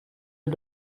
ils